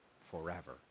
forever